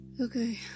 Okay